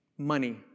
Money